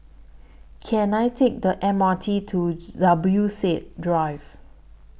Can I Take The M R T to Zubir Said Drive